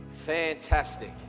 fantastic